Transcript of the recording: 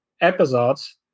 episodes